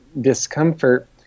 discomfort